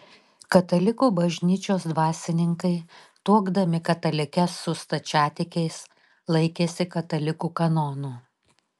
katalikų bažnyčios dvasininkai tuokdami katalikes su stačiatikiais laikėsi katalikų kanonų